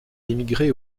émigré